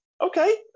okay